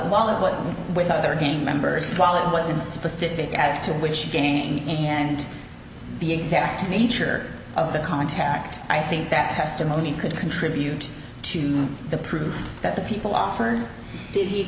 what with other gang members while it wasn't specific as to which game and be exact nature of the contact i think that testimony could contribute to the proof that the people offered did he